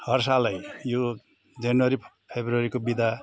हर साल यो जनवरी फेब्रुअरीको बिदा